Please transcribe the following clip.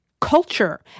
culture